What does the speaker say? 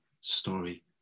story